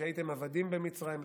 שהייתם עבדים במצרים.